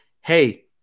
hey